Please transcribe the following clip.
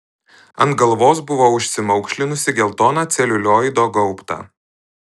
ant galvos buvo užsimaukšlinusi geltoną celiulioido gaubtą